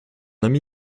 ami